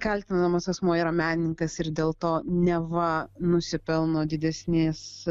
kaltinamas asmuo yra menininkas ir dėl to neva nusipelno didesnės